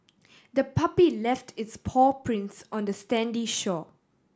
the puppy left its paw prints on the sandy shore